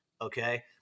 Okay